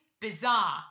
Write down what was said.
bizarre